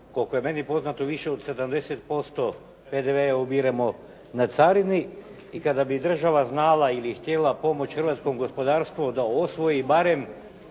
koliko je meni poznato više od 70% PDV-a ubiremo na carini i kada bi država znala ili htjela pomoći hrvatskom gospodarstvu da osvoji barem